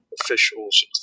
officials